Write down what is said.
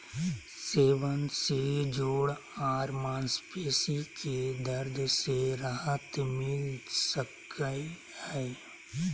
सेवन से जोड़ आर मांसपेशी के दर्द से राहत मिल सकई हई